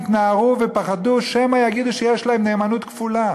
התנער ופחד שמא יגידו שיש להם נאמנות כפולה.